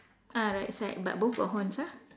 ah right side but both got horns ah